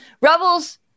Rebels